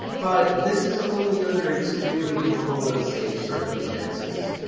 but this is only under extremly controlled and safe circumstances.